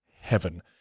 heaven